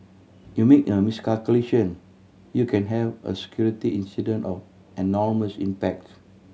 you make a miscalculation you can have a security incident of enormous impacts